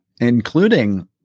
including